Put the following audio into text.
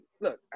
look